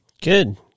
good